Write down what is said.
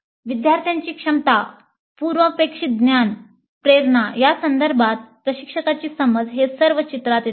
विद्यार्थ्यांची क्षमता पूर्वापेक्षित ज्ञान प्रेरणा या संदर्भात प्रशिक्षकाची समज हे सर्व चित्रात येतात